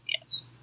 Yes